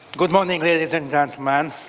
good morning, ladies and gentlemen.